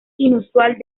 inusual